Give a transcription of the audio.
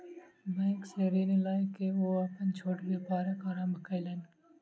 bank सॅ ऋण लय के ओ अपन छोट व्यापारक आरम्भ कयलैन